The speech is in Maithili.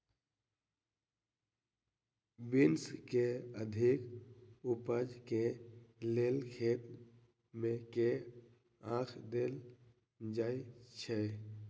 बीन्स केँ अधिक उपज केँ लेल खेत मे केँ खाद देल जाए छैय?